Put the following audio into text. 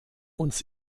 uns